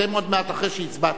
אתם עוד מעט, אחרי שהצבעתם.